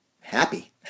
happy